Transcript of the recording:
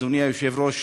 אדוני היושב-ראש,